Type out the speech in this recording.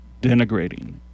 denigrating